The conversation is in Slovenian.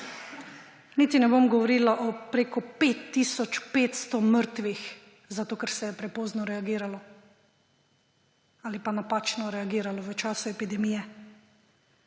Niti ne bom govorila o preko 5 tisoč 500 mrtvih, zato ker se je prepozno reagiralo ali pa napačno reagiralo v času epidemije.